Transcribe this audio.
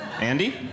Andy